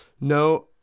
no